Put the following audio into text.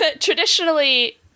Traditionally